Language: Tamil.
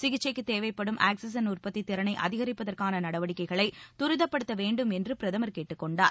சிகிச்சைக்கு தேவைப்படும் ஆக்ஸிஷன் உற்பத்தி திறனை அதிகரிப்பதற்கான நடவடிக்கைகளை தரிதப்படுத்த வேண்டும் என்று பிரதமர் கேட்டுக்கொண்டார்